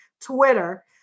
Twitter